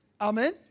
Amen